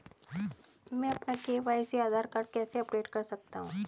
मैं अपना e KYC Aadhaar card कैसे अपडेट कर सकता हूँ?